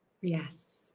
Yes